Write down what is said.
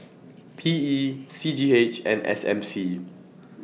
P E C G H and S M C